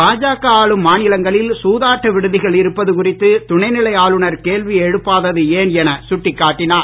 பாஜக ஆளும் மாநிலங்களில் சூதாட்ட விடுதிகள் இருப்பது குறித்து துணைநிலை ஆளுநர் கேள்வி எழுப்பாதது ஏன் என சுட்டிக்காட்டினார்